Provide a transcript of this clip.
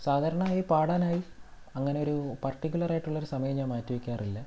സാധാരണയായി പാടാനായി അങ്ങനെയൊരു പർട്ടിക്കുലർ ആയിട്ടുള്ളൊരു സമയം ഞാൻ മാറ്റി വയ്ക്കാറില്ല